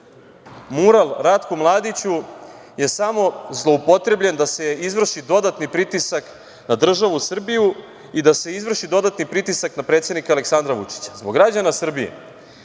mural Ratku Mladiću je samo zloupotrebljen da se izvrši dodatni pritisak na državu Srbiju i da se izvrši dodani pritisak na predsednika Aleksandra Vučića. Zbog građana Srbije